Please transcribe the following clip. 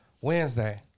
Wednesday